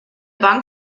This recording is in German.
bank